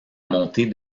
montée